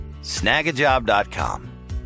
snagajob.com